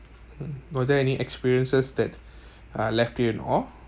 mm was there any experiences that uh left you in awe